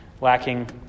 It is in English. lacking